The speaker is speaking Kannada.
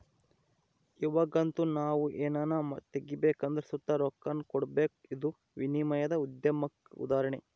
ಇವಾಗಂತೂ ನಾವು ಏನನ ತಗಬೇಕೆಂದರು ಸುತ ರೊಕ್ಕಾನ ಕೊಡಬಕು, ಇದು ವಿನಿಮಯದ ಮಾಧ್ಯಮುಕ್ಕ ಉದಾಹರಣೆ